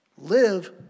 Live